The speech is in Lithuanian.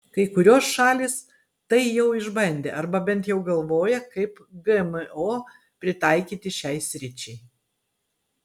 kai kurios šalys tai jau išbandė arba bet jau galvoja kaip gmo pritaikyti šiai sričiai